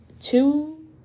two